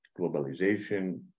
globalization